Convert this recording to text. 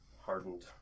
hardened